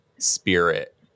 spirit